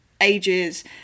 ages